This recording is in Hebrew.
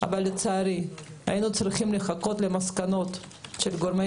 אבל לצערי היינו צריכים לחכות למסקנות של גורמי